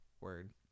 word